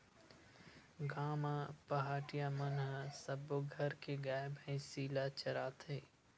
गाँव म पहाटिया मन ह सब्बो घर के गाय, भइसी ल चराथे